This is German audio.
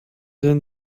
denn